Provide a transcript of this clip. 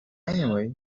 anyway